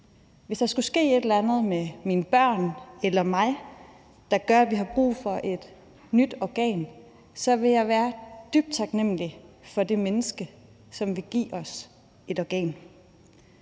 Hvis der skulle ske et eller andet med mine børn eller mig, der gør, at vi har brug for et nyt organ, ville jeg være dybt taknemlig over for det menneske, som ville give os et organ.